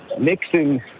mixing